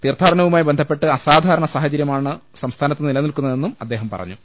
തീർത്ഥാടനവുമായി ബന്ധപ്പെട്ട് അസാധരണ സാഹചര്യമാണ് നിലനിൽക്കുന്നതെന്നും അദ്ദേഹം പറഞ്ഞു